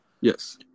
Yes